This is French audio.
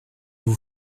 vous